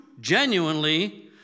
genuinely